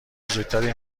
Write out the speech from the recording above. بزرگتری